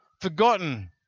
forgotten